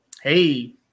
Hey